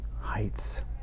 heights